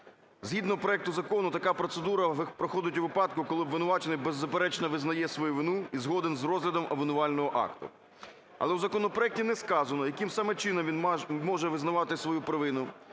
Згідно проекту закону така процедура проходить у випадку, коли обвинувачений визнає свою вину і згоден з розглядом обвинувального акту. Але у законопроекті не сказано, яким саме чином він може визнавати свою провину